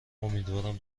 امیدوارم